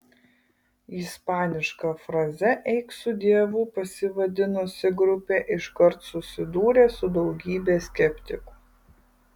ispaniška fraze eik su dievu pasivadinusi grupė iškart susidūrė su daugybe skeptikų